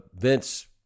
Vince